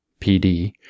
PD